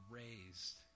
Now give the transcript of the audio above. raised